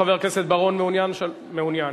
חבר הכנסת בר-און, מעוניין?